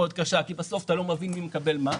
כי בסוף לא מבינים מי מקבל מה.